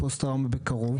פעילויות.